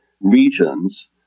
regions